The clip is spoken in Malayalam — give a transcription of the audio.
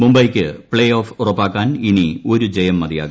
മുംഐബ്ക്ക് പ്പേഓഫ് ഉറപ്പാക്കാൻ ഇനി ഒരു ജയം മതിയാകും